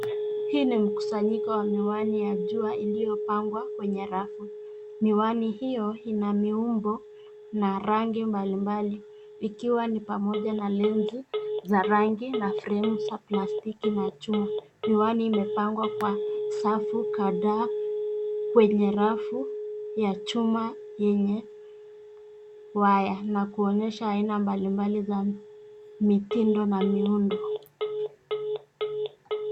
Hii ni mkusanyiko wa miwani ya jua iliyo pangwa kwenye rafu. Miwani hiyo ina miumbo na rangi mbali mbali ikiwa ni pamoja na lensi za rangi na frames za plastiki na chuma. Miwani imepangwa kwa safu kadhaa kwenye rafu ya chuma yenye waya na kuonyesha aina mbali mbali za mitindo na miundo.